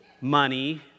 money